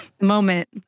moment